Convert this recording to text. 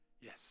Yes